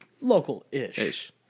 Local-ish